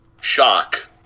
shock